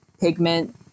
pigment